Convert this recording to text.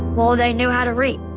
well, they knew how to read,